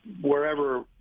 wherever